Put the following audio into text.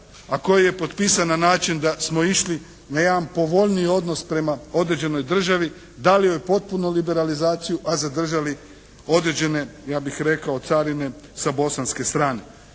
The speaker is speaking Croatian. a koji je potpisan na način da smo išli na jedan povoljniji odnos prema određenoj državi, dali joj potpunu liberalizaciju, a zadržali određene ja bih rekao carine sa bosanske strane.